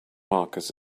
marcus